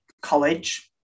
college